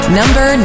number